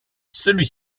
celui